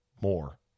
more